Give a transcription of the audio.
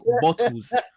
bottles